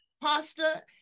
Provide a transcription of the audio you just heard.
pasta